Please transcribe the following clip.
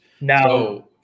Now